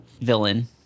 villain